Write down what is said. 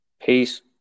Peace